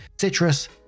citrus